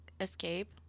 escape